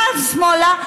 פעם שמאלה,